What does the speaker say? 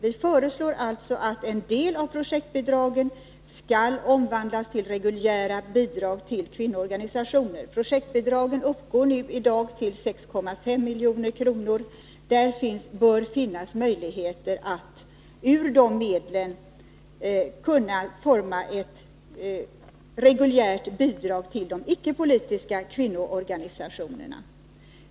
Vi föreslår därför att en del av projektbidragen skall omvandlas till reguljära bidrag till kvinnoorganisationer. Projektbidragen uppgår f. n. till 6,5 milj.kr. Det bör finnas möjligheter att ur de medlen forma ett reguljärt bidrag till de icke-politiska kvinnoorganisationerna.